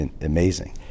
amazing